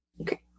Okay